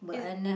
is